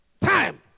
time